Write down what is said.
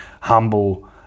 humble